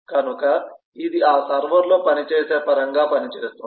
కనుక ఇది ఆ సర్వర్లో పనిచేసే పరంగా పనిచేస్తుంది